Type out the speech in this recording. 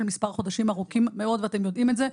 מספר חודשים ארוכים מאוד ואתם יודעים את זה.